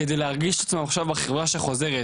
כדי להרגיש את עצמם עכשיו בחברה שחוזרת,